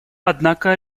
однако